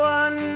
one